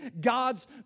God's